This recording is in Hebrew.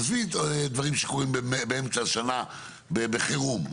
עזבי דברים שקורים באמצע השנה בחירום,